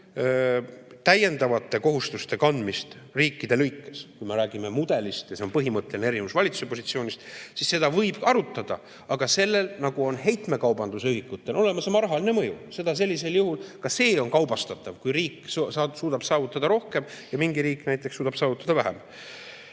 täiendavate kohustuste kandmist riikide lõikes, kui me räägime mudelist – ja see on põhimõtteline erinevus valitsuse positsioonist –, võib arutada, aga sellel, nagu ka heitmekaubanduse ühikutel, on olemas oma rahaline mõju, sellisel juhul ka see on kaubastatav, kui riik suudab saavutada rohkem ja mingi riik näiteks suudab saavutada vähem.